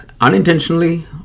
unintentionally